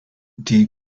die